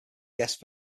guest